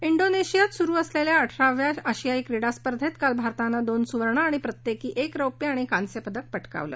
िक्रोनेशियात सुरू असलेल्या अठराव्या आशियाई क्रीडा स्पर्धेत काल भारतानं दोन सुवर्ण आणि प्रत्येकी एक रौप्य आणि कांस्य पदक पटकावलं